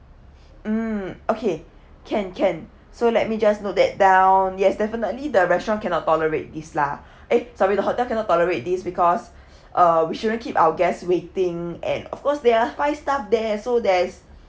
mm okay can can so let me just note that down yes definitely the restaurant cannot tolerate this lah eh sorry the hotel cannot tolerate this because uh we shouldn't keep our guests waiting and of course they are five star there so there's